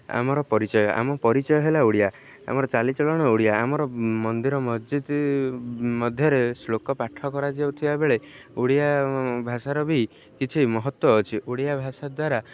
ଆମର ପରିଚୟ ଆମ ପରିଚୟ ହେଲା ଓଡ଼ିଆ ଆମର ଚାଲିଚଳନ ଓଡ଼ିଆ ଆମର ମନ୍ଦିର ମସଜିଦ ମଧ୍ୟରେ ଶ୍ଳୋକ ପାଠ କରାଯାଉଥିବା ବେଳେ ଓଡ଼ିଆ ଭାଷାର ବି କିଛି ମହତ୍ତ୍ଵ ଅଛି ଓଡ଼ିଆ ଭାଷା ଦ୍ୱାରା